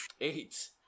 Eight